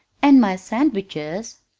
and my sandwiches?